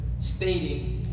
stating